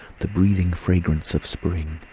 the breathing fragrance of spring,